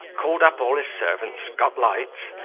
called up all his servants, got lights,